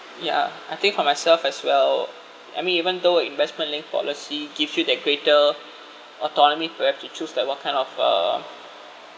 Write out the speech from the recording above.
ya I think for myself as well I mean even though investment linked policy gives you that greater autonomy to have to choose like what kind of uh